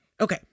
Okay